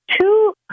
two